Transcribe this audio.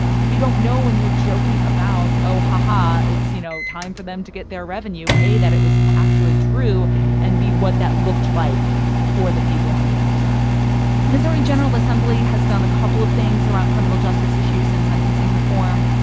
you don't know when you're joking about oh, ha, ha it's, you know, time for them to get their revenue a, that it was actually true and, b, what that looked like for the people on the other side missouri general assembly has done a couple of things around criminal justice issues and sentencing reform.